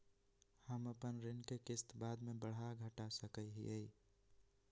हम अपन ऋण के किस्त बाद में बढ़ा घटा सकई हियइ?